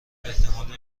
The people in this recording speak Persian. احتمال